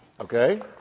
Okay